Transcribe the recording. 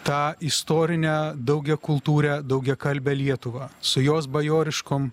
tą istorinę daugiakultūrę daugiakalbę lietuvą su jos bajoriškom